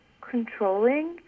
controlling